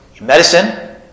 medicine